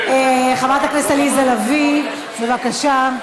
חברת הכנסת עליזה לביא, בבקשה.